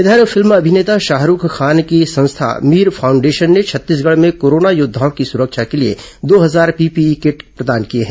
इधर फिल्म अभिनेता शाहरूख खान की संस्था मीर फाउंडेशन ने छत्तीसगढ में कोरोना योद्वाओं की सुरक्षा के लिए दो हजार पीपीई किट प्रदान किए हैं